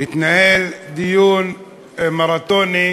התנהל דיון מרתוני